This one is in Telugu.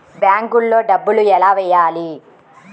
బ్యాంక్లో డబ్బులు ఎలా వెయ్యాలి?